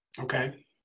Okay